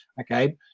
okay